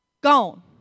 gone